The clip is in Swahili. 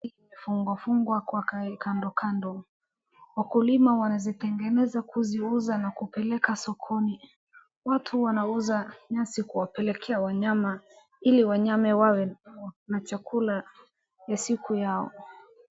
Hii imefungwa fungwa kwa khai kando kando. Wakulima wanazitengeza kuziuza na kuzipeleka sokoni. Watu wanauza nyasi kuwapelekea wanyama ili wanyama wawe na chakula siku yao.